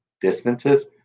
distances